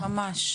אוקי?